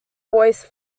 voice